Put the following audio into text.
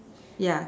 ya